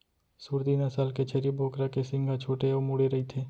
सूरती नसल के छेरी बोकरा के सींग ह छोटे अउ मुड़े रइथे